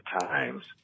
Times